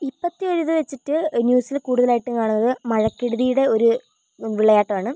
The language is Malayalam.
ഇപ്പൊത്തെ ഒരിത് വെച്ചിട്ട് ന്യൂസിൽ കൂടുതലായിട്ടും കാണുന്നത് മഴക്കെടുതിയുടെ ഒരു വിളയാട്ടമാണ്